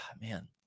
man